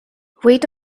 wait